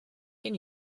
can